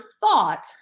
thought